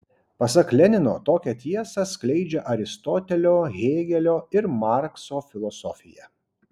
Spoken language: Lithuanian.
pasak lenino tokią tiesą skleidžia aristotelio hėgelio ir markso filosofija